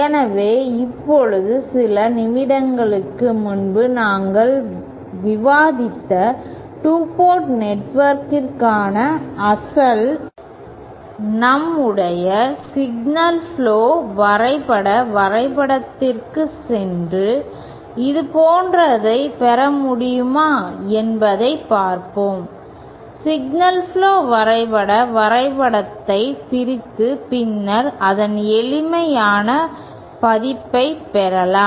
எனவே இப்போது சில நிமிடங்களுக்கு முன்பு நாங்கள் விவாதித்த 2 போர்ட் நெட்வொர்க்கிற்கான அசல் நம்முடைய சிக்னல் புளோ வரைபட வரைபடத்திற்குச் சென்று இதேபோன்றதைப் பெற முடியுமா என்பதைப் பார்ப்போம் சிக்னல் புளோ வரைபட வரைபடத்தை பிரித்து பின்னர் அதன் எளிமையான பதிப்பைப் பெறலாம்